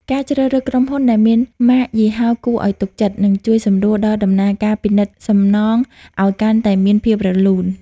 ការជ្រើសរើសក្រុមហ៊ុនដែលមាន ម៉ាកយីហោគួរឱ្យទុកចិត្ត នឹងជួយសម្រួលដល់ដំណើរការពិនិត្យសំណងឱ្យកាន់តែមានភាពរលូន។